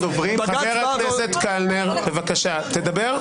חבר הכנסת קלנר, בבקשה תדבר.